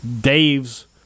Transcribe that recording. Dave's